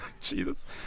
Jesus